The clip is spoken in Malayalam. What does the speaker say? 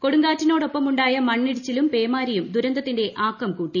കൊടുങ്കാറ്റിനോ ടൊപ്പമുണ്ടായ മണ്ണിടിച്ചിലുക്ക് പേമാരിയും ദുരന്തത്തിന്റെ ആക്കം കൂട്ടി